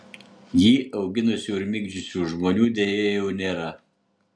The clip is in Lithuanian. jį auginusių ir migdžiusių žmonių deja jau nėra